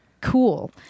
cool